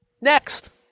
Next